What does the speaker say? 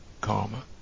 karma